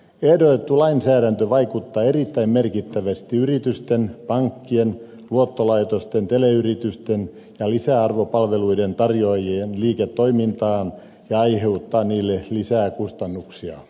ehdotettu lainsäädäntö vaikuttaa erittäin merkittävästi yritysten pankkien luottolaitosten teleyritysten ja lisäarvopalveluiden tarjoajien liiketoimintaan ja aiheuttaa niille lisää kustannuksia